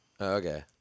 Okay